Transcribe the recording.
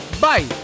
bye